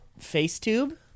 FaceTube